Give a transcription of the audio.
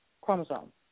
chromosome